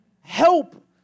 help